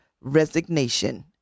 Resignation